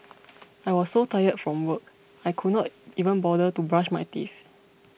I was so tired from work I could not even bother to brush my teeth